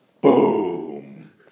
Boom